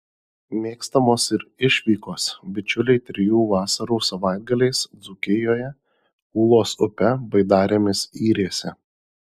mėgstamos ir išvykos bičiuliai trijų vasarų savaitgaliais dzūkijoje ūlos upe baidarėmis yrėsi